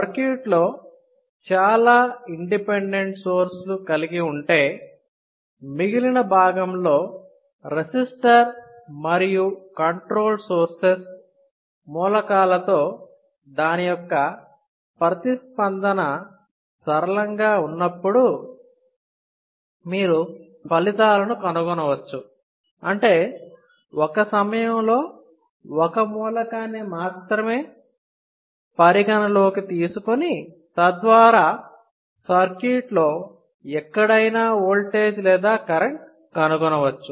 circuit లో చాలా independent సోర్స్లు కలిగి ఉంటే మిగిలిన భాగంలో రెసిస్టర్ మరియు కంట్రోల్ సోర్సెస్ మూలకాలతో దాని యొక్క ప్రతిస్పందన సరళంగా ఉన్నప్పుడు మీరు ఫలితాలను కనుగొనవచ్చు అంటే ఒక సమయంలో ఒక మూలాన్ని మాత్రమే పరిగణనలోకి తీసుకుని తద్వారా సర్క్యూట్లో ఎక్కడైనా ఓల్టేజ్ లేదా కరెంట్ కనుగొనవచ్చు